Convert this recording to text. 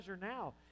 now